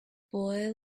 boy